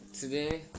Today